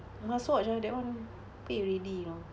must watch ah that one pay already you know